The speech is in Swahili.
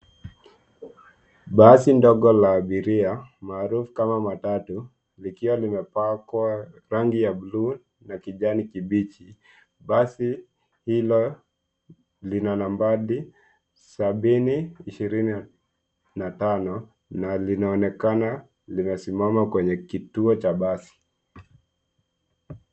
Basi ndogo la abiria maarufu kama matatu likiwa limepakwa rangi ya bluu na kijani kibiji. Basi hila lina nambari 725 na linaonekana limesimama kwenye kituo cha basi.